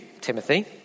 Timothy